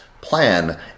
plan